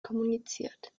kommuniziert